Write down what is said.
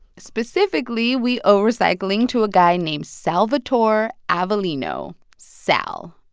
specifically, we owe recycling to a guy named salvatore avellino sal,